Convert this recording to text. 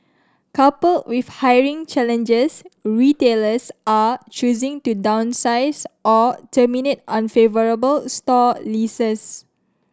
coupled with hiring challenges retailers are choosing to downsize or terminate unfavourable store leases